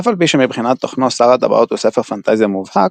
אף על פי שמבחינת תכנו שר הטבעות הוא ספר פנטזיה מובהק,